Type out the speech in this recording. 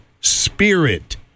spirit